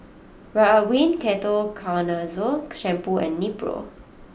Ridwind Ketoconazole Shampoo and Nepro